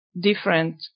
different